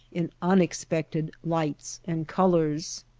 in unexpected lights and colors.